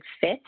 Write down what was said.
fit